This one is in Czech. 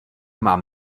mám